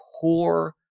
core